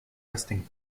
resting